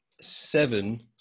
seven